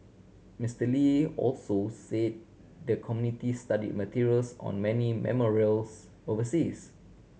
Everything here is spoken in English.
Mister Lee also say the committee study materials on many memorials overseas